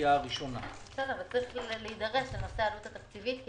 צריך להידרש לנושא העלות התקציבית,